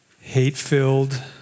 hate-filled